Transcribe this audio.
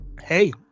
hey